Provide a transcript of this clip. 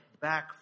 back